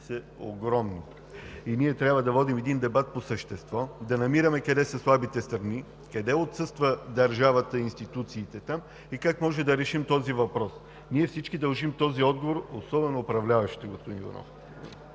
са огромни. Ние трябва да водим дебат по същество – да намираме къде са слабите страни, къде отсъства държавата и институциите там и как може да решим този въпрос. Всички ние дължим този отговор, особено управляващите, господин Иванов.